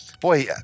boy